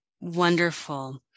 Wonderful